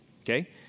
Okay